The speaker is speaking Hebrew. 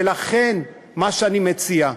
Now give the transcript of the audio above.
ולכן, מה שאני מציע,